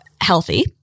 healthy